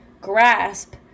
grasp